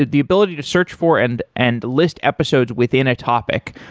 ah the ability to search for and and list episodes within a topic,